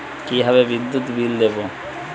কিভাবে বিদ্যুৎ বিল দেবো?